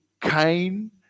Cain